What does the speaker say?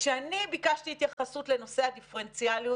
וכשאני ביקשתי התייחסות לנושא הדיפרנציאליות,